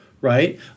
right